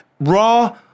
Raw